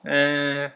eh